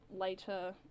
later